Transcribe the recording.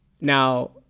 Now